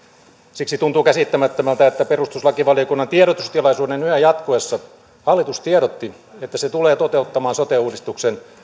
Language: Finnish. siksi tuntuu käsittämättömältä että perustuslakivaliokunnan tiedotustilaisuuden yhä jatkuessa hallitus tiedotti että se tulee toteuttamaan sote uudistuksen